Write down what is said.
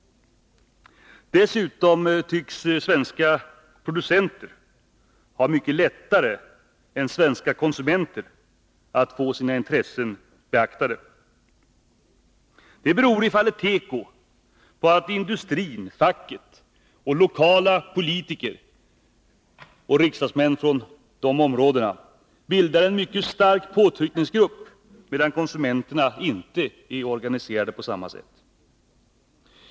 Dessutom tycks svenska producenter ha mycket lättare än svenska konsumenter att få sina intressen beaktade. Det beror i fallet teko på att industrin, facket, lokala politiker och riksdagsmän från områden med omfattande teko-tillverkning bildar en mycket stark påtryckningsgrupp, medan konsumenterna inte är organiserade på samma sätt.